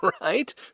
right